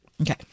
Okay